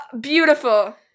Beautiful